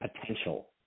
potential